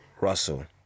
Russell